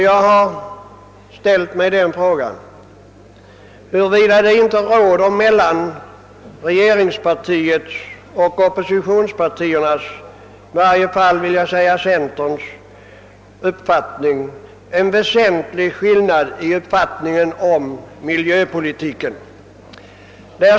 Jag har undrat huruvida det inte mellan regeringspartiets och oppositionspartiernas — i varje fall centerns — uppfattningar råder en väsentlig skillnad i synen på miljövårdspolitiken.